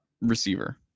receiver